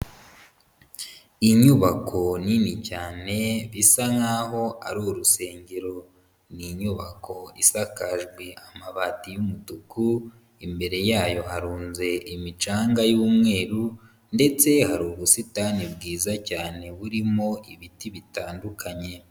Inyubako nini cyane bisa nkaho ari urusengero, ni inyubako isakajwe amabati y'umutuku, imbere yayo yarunze imicanga y'umweru, ndetse hari ubusitani bwiza cyane burimo ibiti bitandukanye.